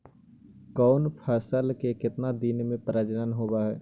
कौन फैसल के कितना दिन मे परजनन होब हय?